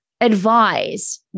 advise